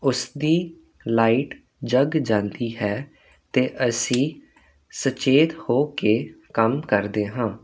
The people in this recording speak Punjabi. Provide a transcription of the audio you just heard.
ਉਸ ਦੀ ਲਾਈਟ ਜਗ ਜਾਂਦੀ ਹੈ ਤੇ ਅਸੀਂ ਸੁਚੇਤ ਹੋ ਕੇ ਕੰਮ ਕਰਦੇ ਹਾਂ